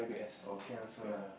oh can also lah